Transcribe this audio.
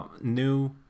new